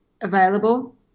available